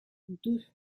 deux